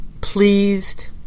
pleased